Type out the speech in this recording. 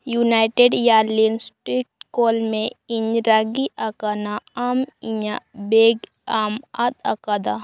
United Airlines ᱠᱚᱞᱢᱮ ᱤᱧ ᱨᱟᱹᱜᱤ ᱟᱠᱟᱱᱟ ᱟᱢ ᱤᱧᱟᱹᱜ ᱵᱮᱜᱽ ᱮᱢ ᱟᱫ ᱟᱠᱟᱫᱟ